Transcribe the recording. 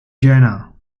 jena